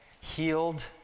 healed